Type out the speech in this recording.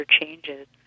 changes